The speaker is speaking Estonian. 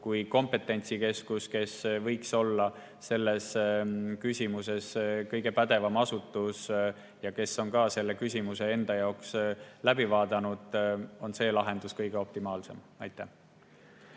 kui kompetentsikeskus, kes võiks olla selles küsimuses kõige pädevam asutus ja kes on ka selle küsimuse enda jaoks läbi vaadanud, on optimaalne lahendus. Aitäh!